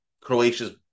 Croatia's